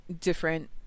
different